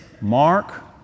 Mark